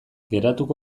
geratuko